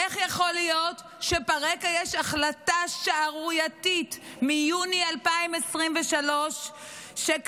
איך יכול להיות שברקע יש החלטה שערורייתית מיוני 2023 שקבעה